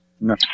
No